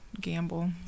gamble